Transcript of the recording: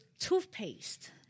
toothpaste